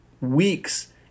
weeks